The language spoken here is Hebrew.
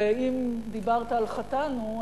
ואם דיברת על "חטאנו",